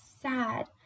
sad